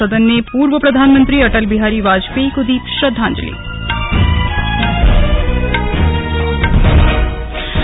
सदन ने पूर्व प्रधानमंत्री अटल बिहारी वाजपेयी को श्रद्वांजलि दी